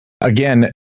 again